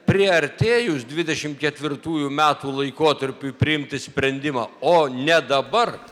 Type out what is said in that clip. priartėjus dvidešim ketvirtųjų metų laikotarpiui priimti sprendimą o ne dabar